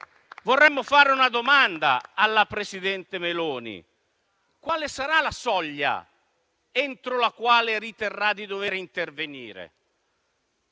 vorremmo fare una domanda alla presidente Meloni: quale sarà la soglia oltre la quale riterrà di dover intervenire?